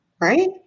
Right